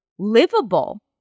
livable